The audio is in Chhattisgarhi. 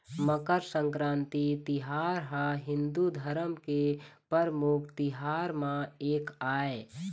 मकर संकरांति तिहार ह हिंदू धरम के परमुख तिहार म एक आय